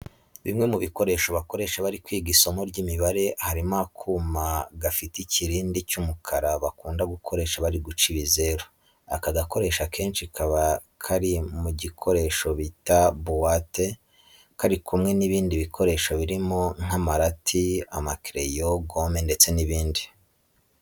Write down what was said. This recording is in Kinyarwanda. Bimwe mu bikoresho bakoresha bari kwiga isomo ry'imibare harimo akuma kaba gafite ikirindi cy'umukara bakunda gukoresha bari guca ibizeru. Aka gakoresho akenshi kaba kari mu gikoresho bita buwate kari kumwe n'ibindi bikoresho birimo nk'amarati, amakereyo, gome ndetse n'ibindi.